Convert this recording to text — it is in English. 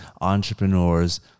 entrepreneurs